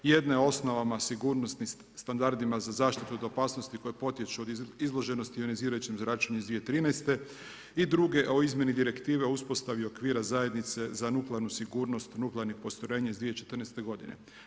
Jedna je osnovama sigurnosnih standardima za zaštitu od opasnosti koje potiču od izloženosti ionizirajućem zračenju iz 2013. i druge o izmjeni direktive o uspostavi okvira zajednice za nuklearnu sigurnosti, nuklearnih postrojenja iz 2014. godine.